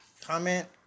comment